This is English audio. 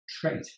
trait